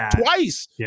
twice